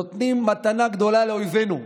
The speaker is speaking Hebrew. נותנים מתנה גדולה לאויבינו,